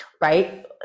right